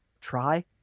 try